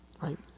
Right